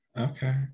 okay